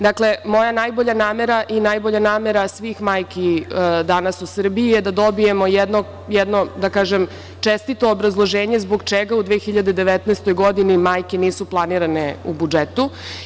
Dakle, moja najbolja namera i najbolja namera svih majki danas u Srbiji je da dobijemo jedno, da kažem, čestito obrazloženje zbog čega u 2019. godini majke nisu planirane u budžetu.